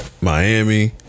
Miami